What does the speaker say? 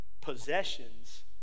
possessions